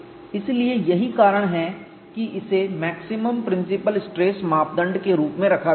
इसीलिए यही कारण है कि इसे मैक्सिमम प्रिंसिपल स्ट्रेस मापदंड के रूप में रखा गया है